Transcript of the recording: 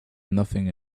nothing